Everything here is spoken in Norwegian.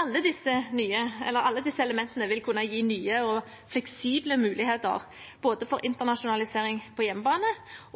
Alle disse elementene vil kunne gi nye og fleksible muligheter både for internasjonalisering på hjemmebane